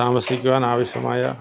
താമസിക്കുവാൻ ആവശ്യമായ